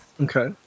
Okay